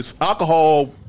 alcohol